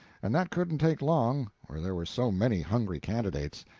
and that couldn't take long where there were so many hungry candidates.